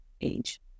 age